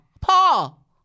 Paul